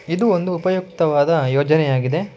ಇದು ಒಂದು ಉಪಯುಕ್ತವಾದ ಯೋಜನೆಯಾಗಿದೆ